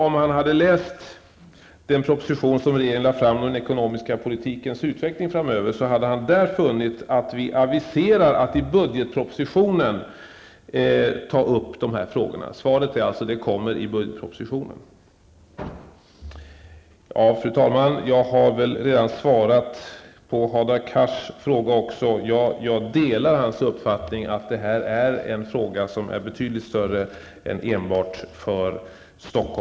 Om han hade läst den proposition regeringen lagt fram om den ekonomiska politikens utveckling framöver, hade han där funnit att vi aviserar att regeringen kommer att ta upp frågorna i budgetpropositionen. Svaret är alltså: Det kommer i budgetpropositionen. Fru talman! Jag har redan svarat på Hadar Cars fråga. Jag delar hans uppfattning att detta är en fråga som är betydligt större än en fråga för enbart